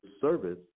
service